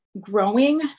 growing